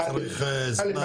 אתה צריך זמן?